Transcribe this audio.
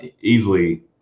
easily